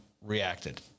reacted